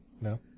No